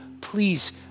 please